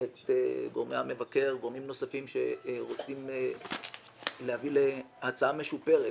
את גורמי המבקר וגורמים נוספים שרוצים להביא להצעה משופרת,